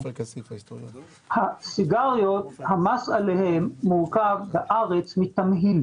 המס על הסיגריות מורכב בארץ מתמהיל,